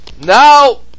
now